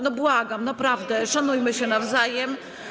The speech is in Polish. No błagam, naprawdę, szanujmy się nawzajem.